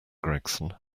gregson